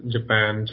Japan